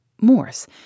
Morse